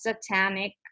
satanic